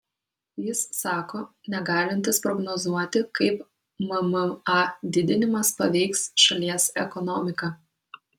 jis sako negalintis prognozuoti kaip mma didinimas paveiks šalies ekonomiką